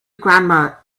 grandma